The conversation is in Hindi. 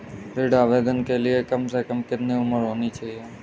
ऋण आवेदन के लिए कम से कम कितनी उम्र होनी चाहिए?